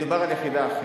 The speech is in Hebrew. מדובר על יחידה אחרת.